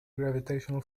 gravitational